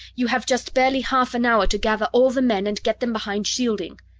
you have just barely half an hour to gather all the men and get them behind shielding.